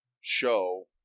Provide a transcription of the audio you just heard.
show